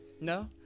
no